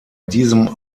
diesem